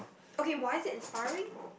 okay why is it inspiring